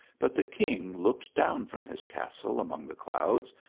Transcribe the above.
but the king looked down from his cas tle among the clouds,